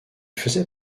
faisait